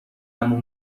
عمو